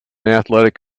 athletic